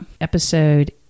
Episode